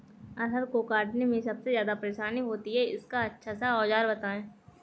अरहर को काटने में सबसे ज्यादा परेशानी होती है इसका अच्छा सा औजार बताएं?